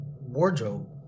wardrobe